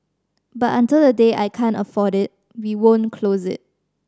but until the day I can't afford it we won't close it